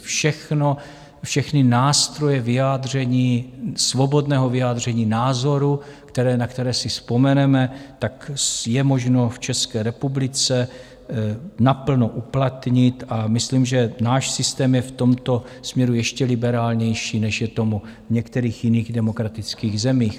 Všechno, všechny nástroje vyjádření, svobodného vyjádření názoru, na které si vzpomeneme, je možno v České republice naplno uplatnit a myslím, že náš systém je v tomto směru ještě liberálnější, než je tomu v některých jiných demokratických zemích.